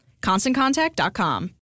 ConstantContact.com